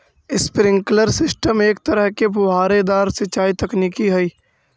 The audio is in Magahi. स्प्रिंकलर सिस्टम एक तरह के फुहारेदार सिंचाई तकनीक हइ